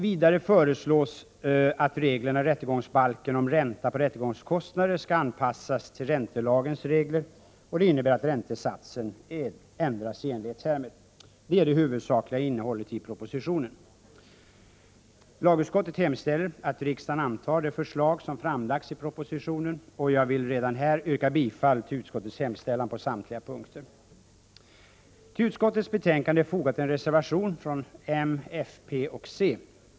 Vidare föreslås att reglerna i rättegångsbalken om ränta på rättegångskostnader skall anpassas till räntelagens regler. Detta innebär att räntesatsen ändras i enlighet härmed. Detta är det huvudsakliga innehållet i propositionen. Lagutskottet hemställer att riksdagen antar det förslag som framlagts i propositionen, och jag vill redan här yrka bifall till utskottets hemställan på samtliga punkter. Till utskottets betänkande har fogats en reservation från m, fp och c.